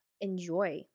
enjoy